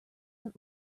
not